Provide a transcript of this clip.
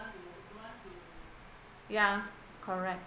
ya correct